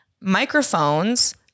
microphones